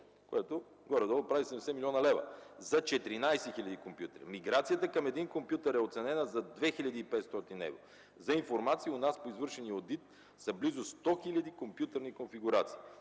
което горе-долу прави 70 млн. лв., за 14 хиляди компютри. Миграцията към един компютър е оценена за 2500 евро. За информация – у нас по извършения одит са близо 100 хиляди компютърни конфигурации.